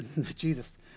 Jesus